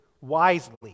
wisely